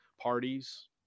parties